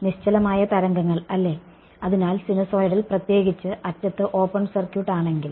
നിശ്ചലമായ തരംഗങ്ങൾ അല്ലേ അതിനാൽ സിനുസോയ്ഡൽ പ്രത്യേകിച്ച് അറ്റത്ത് ഓപ്പൺ സർക്യൂട്ട് ആണെങ്കിൽ